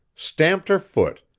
stamped her foot,